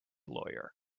lawyer